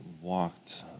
walked